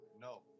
No